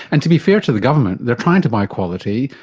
and to be fair to the government, they're trying to buy quality.